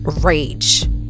rage